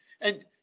And-